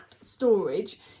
storage